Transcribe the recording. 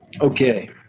okay